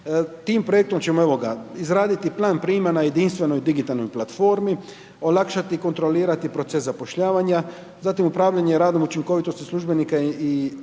Tim projektom ćemo evo ga izraditi plan prijma na jedinstvenoj digitalnoj platformi, olakšati, kontrolirati proces zapošljavanja, zatim upravljanje radom, učinkovitosti službenika i namještenika,